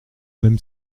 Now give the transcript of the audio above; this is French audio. même